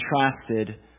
contrasted